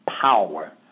power